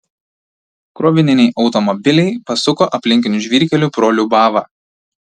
krovininiai automobiliai pasuko aplinkiniu žvyrkeliu pro liubavą